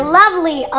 lovely